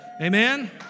Amen